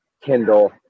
Kindle